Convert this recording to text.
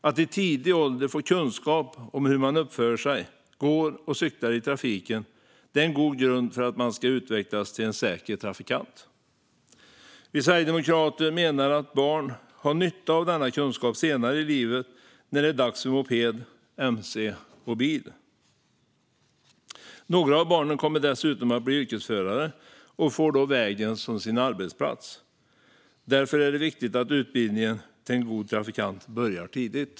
Att i tidig ålder få kunskap om hur man uppför sig, går och cyklar i trafiken är en god grund för att man ska utvecklas till en säker trafikant. Vi sverigedemokrater menar att barn har nytta av denna kunskap senare i livet när det är dags att köra moped, mc och bil. Några av barnen kommer dessutom att bli yrkesförare och få vägen som sin arbetsplats. Därför är det viktigt att utbildningen till en god trafikant börjar tidigt.